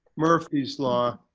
murphy's law.